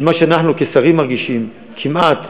כי מה שאנחנו כשרים מרגישים, כמעט,